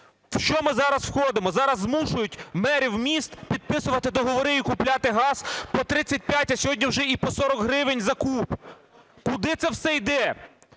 що ми зараз входимо, зараз змушують мерів міст підписувати договори і купляти газ по 35, а сьогодні вже й по 40 гривень за куб. Куди це все йде?